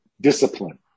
Discipline